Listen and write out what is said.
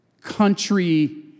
country